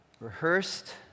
rehearsed